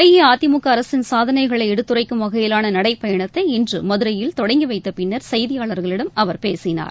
அஇஅதிமுக அரசின் சாதனைகளை எடுத்துரைக்கும் வகையிலான நடைபயணத்தை இன்று மதுரையில் தொடங்கிவைத்தபின்னர் செய்தியாளர்களிடம் அவர் பேசினார்